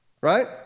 right